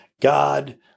God